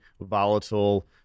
volatile